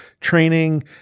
training